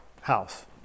house